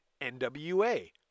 NWA